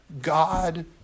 God